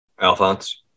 Alphonse